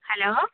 hello